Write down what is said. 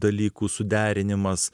dalykų suderinimas